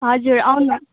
हजुर आउनू